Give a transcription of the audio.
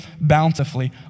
bountifully